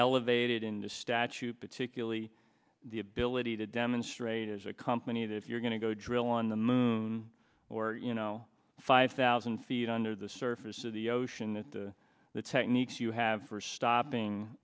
elevated into statute particularly the ability to demonstrate as a company that if you're going to go drill on the moon or you know five thousand feet under the surface of the ocean and the techniques you have for stopping